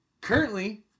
Currently